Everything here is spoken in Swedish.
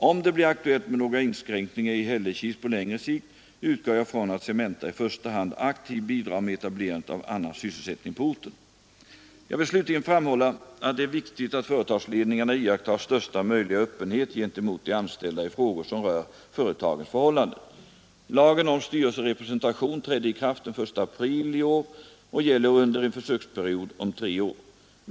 Om det blir aktuellt med några inskränkningar i Hällekis på längre sikt utgår jag från att Cementa i första hand aktivt bidrar med etablerandet av annan sysselsättning på orten. Jag vill slutligen framhålla att det är viktigt att företagsledningarna iakttar största möjliga öppenhet gentemot de anställda i frågor som rör företagens förhållanden. Lagen om styrelserepresentationen trädde i kraft den 1 april i år och gäller under en försöksperiod om tre år.